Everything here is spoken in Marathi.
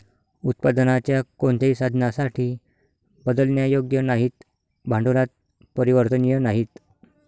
उत्पादनाच्या कोणत्याही साधनासाठी बदलण्यायोग्य नाहीत, भांडवलात परिवर्तनीय नाहीत